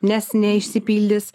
nes neišsipildys